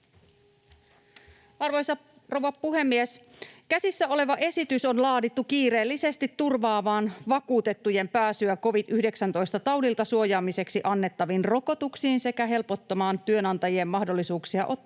Arvoisa rouva puhemies! Käsissä oleva esitys on laadittu kiireellisesti turvaamaan vakuutettujen pääsyä covid-19-taudilta suojaamiseksi annettaviin rokotuksiin sekä helpottamaan työnantajien mahdollisuuksia ottaa